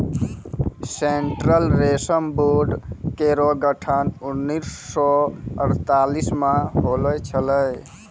central रेशम board केरो गठन उन्नीस सौ अड़तालीस म होलो छलै